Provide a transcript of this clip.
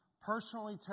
personally